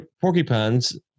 porcupines